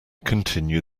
continue